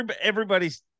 everybody's